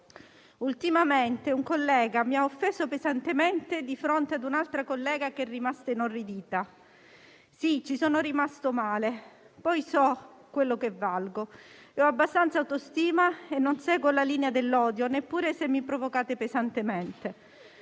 Ultimamente un collega mi ha offeso pesantemente di fronte ad un'altra collega che è rimasta inorridita. Sì, ci sono rimasto male, poi so quello che valgo e ho abbastanza autostima e non seguo la linea dell'odio, neppure se mi provocate pesantemente.